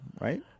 right